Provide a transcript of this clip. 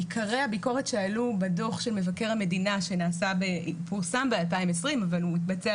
עיקרי הביקורת שעלו בדו"ח של מבקר המדינה שפורסם ב-2020 אבל הוא התבצע